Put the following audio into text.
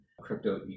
crypto